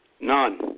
none